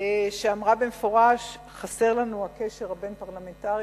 שאמרה במפורש: חסר לנו הקשר הבין-פרלמנטרי,